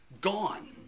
gone